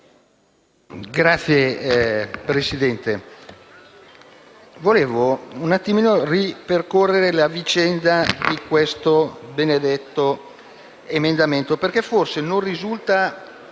Signor Presidente, vorrei un attimo ripercorre la vicenda di questo benedetto emendamento, perché forse non è risultato